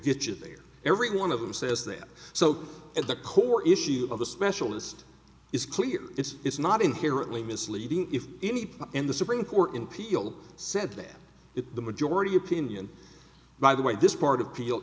get you there every one of them says there so at the core issue of the specialist is clear it's not inherently misleading if any in the supreme court in peel said that if the majority opinion by the way this part